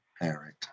parent